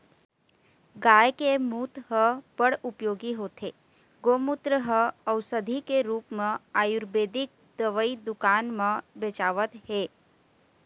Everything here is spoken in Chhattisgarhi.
गाय के मूत ह बड़ उपयोगी होथे, गोमूत्र ह अउसधी के रुप म आयुरबेदिक दवई दुकान म बेचावत हे